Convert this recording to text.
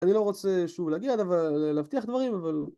אני לא רוצה שוב להגיע, להבטיח דברים, אבל...